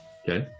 okay